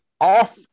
off